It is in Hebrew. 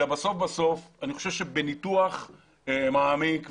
אלא בסוף אני חושב שבניתוח מעמיק ונכון,